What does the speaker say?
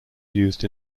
used